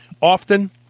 often